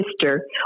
sister